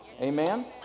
amen